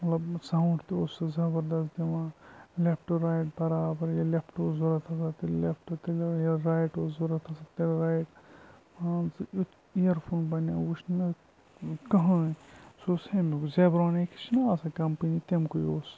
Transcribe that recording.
مَطلَب سَوُنٛڈ تہِ اوس سُہ زَبَردَست دِوان لیٚفٹ رَایٹ برابر ییٚلہِ لیٚفٹ اوس ضرورَت آسان تیٚلہِ لیٚفٹ ییٚلہِ رایٹ اوس ضرورَت آسان تیٚلہِ رایٹ مان ژٕ یُتھ اِیر فون بَنِنہٕ وُچھ نہٕ مےٚ کٕہٕنۍ سُہ اوس ہُمیُک زیٚبرانیکس چھِ نہ آسان کِمپٔنی تمکُے اوس سُہ